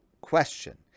question